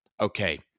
okay